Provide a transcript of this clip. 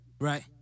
Right